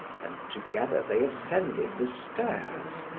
and together they ascended the stairs.